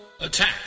Attack